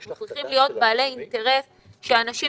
אנחנו צריכים להיות בעלי אינטרס שאנשים